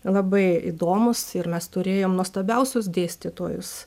labai įdomūs ir mes turėjom nuostabiausius dėstytojus